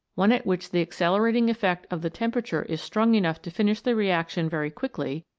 one at which the accelerating effect of the temperature is strong enough to finish the reaction very quickly,